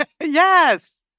Yes